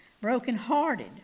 Brokenhearted